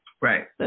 Right